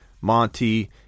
Monty